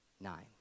Nine